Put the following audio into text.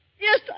Yes